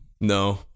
No